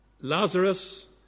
Lazarus